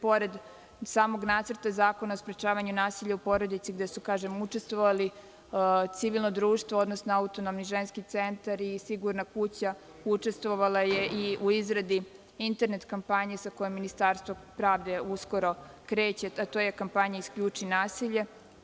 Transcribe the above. Pored samog nacrta Zakona o sprečavanju nasilja u porodici gde su, kažem, učestvovali civilno društvo, odnosno Autonomni ženski centar i Sigurna kuća, učestvovala je i u izradi internet kampanje sa kojom Ministarstvo pravde uskoro kreće, a to je kampanja – Isključi nasilje.